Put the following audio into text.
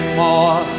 more